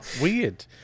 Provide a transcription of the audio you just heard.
Weird